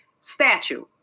statue